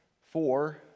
four